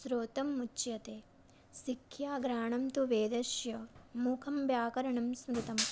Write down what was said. श्रोत्रम् उच्यते शिक्षा घ्राणं तु वेदस्य मुखं व्याकरणं स्मृतम्